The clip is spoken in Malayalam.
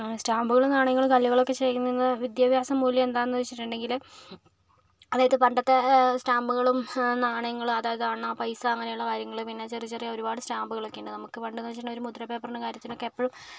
ആ സ്റ്റാമ്പുകള് നാണയങ്ങള് കല്ലുകളൊക്കെ ചെയ്യുന്നതിന്റെ വിദ്യാഭ്യാസ മൂല്യം എന്താന്ന് വച്ചിട്ടുണ്ടെങ്കില് അതായത് പണ്ടത്തെ സ്റ്റാമ്പുകളും നാണയങ്ങളും അതായത് അണ പൈസ അങ്ങനെയുള്ള കാര്യങ്ങള് പിന്നെ ചെറിയ ചെറിയ ഒരു പാട് സ്റ്റാമ്പുകളൊക്കെ ഉണ്ട് നമുക്ക് പണ്ട് എന്ന് വെച്ചിട്ടുണ്ടെങ്കിൽ ഒരു മുദ്ര പേപ്പറിന് കാര്യത്തിനൊക്കെ എപ്പോഴും